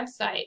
website